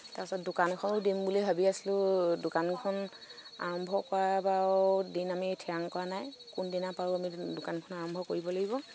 তাৰছত দোকান এখনো দিম বুলি ভাবি আছিলো দোকানখন আৰম্ভ কৰা বাৰু দিন আমি থিৰাং কৰা নাই কোন দিনা পাৰো আমি দোকানখন আৰম্ভ কৰিব লাগিব